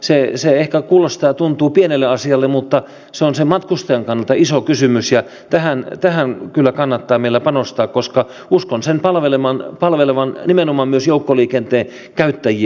se ehkä kuulostaa ja tuntuu pieneltä asialta mutta se on sen matkustajan kannalta iso kysymys ja tähän kyllä kannattaa meillä panostaa koska uskon sen palvelevan nimenomaan joukkoliikenteen käyttäjiä